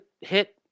hit